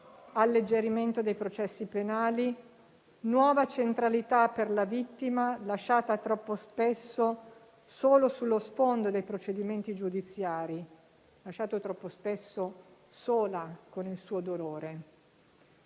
alleggerimento dei processi penali, nuova centralità per la vittima, lasciata troppo spesso sullo sfondo dei procedimenti giudiziari e sola con il suo dolore.